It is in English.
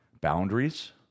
boundaries